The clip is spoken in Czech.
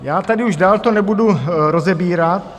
Já tady už dál to nebudu rozebírat.